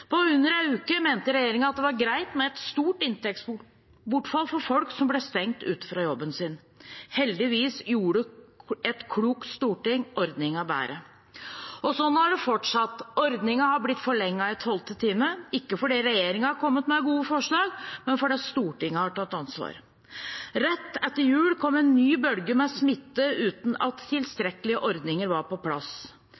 På under en uke mente regjeringen at det var greit med et stort inntektsbortfall for folk som ble stengt ute fra jobben sin. Heldigvis gjorde et klokt storting ordningen bedre. Sånn har det fortsatt. Ordninger har blitt forlenget i tolvte time – ikke fordi regjeringen har kommet med gode forslag, men fordi Stortinget har tatt ansvar. Rett etter jul kom en ny bølge med smitte uten at